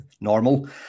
normal